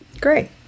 Great